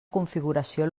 configuració